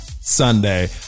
Sunday